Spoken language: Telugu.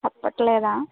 చెప్పట్లేదా